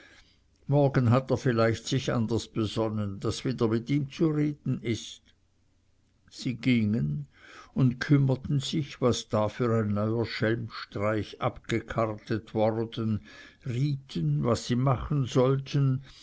morgen hat er vielleicht sich anders besonnen daß wieder mit ihm zu reden ist sie gingen und kümmerten sich was da für ein neuer schelmenstreich abgekartet worden rieten was sie machen sollten